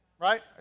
Right